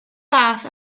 fath